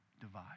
divide